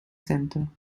centre